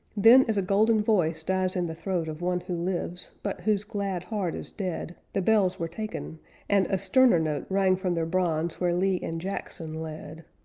then, as a golden voice dies in the throat of one who lives, but whose glad heart is dead, the bells were taken and a sterner note rang from their bronze where lee and jackson led.